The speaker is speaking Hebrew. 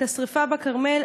את השרפה בכרמל.